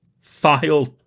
file